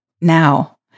now